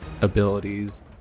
abilities